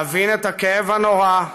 להבין את הכאב הנורא,